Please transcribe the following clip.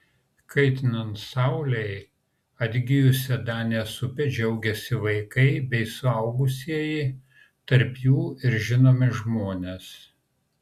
kaitinant saulei atgijusia danės upe džiaugiasi vaikai bei suaugusieji tarp jų ir žinomi žmonės